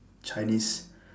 chinese